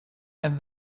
and